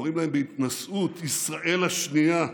קוראים להם בהתנשאות "ישראל השנייה".